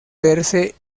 verse